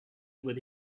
with